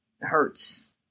hurts